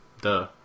duh